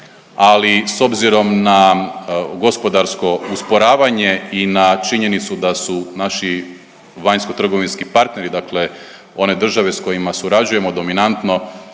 ali s obzirom na gospodarsko usporavanje i na činjenicu da su naši vanjskotrgovinski partneri dakle one države s kojima surađujemo dominantno